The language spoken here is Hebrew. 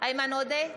איימן עודה,